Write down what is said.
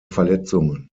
verletzungen